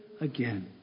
again